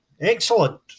Excellent